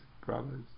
brothers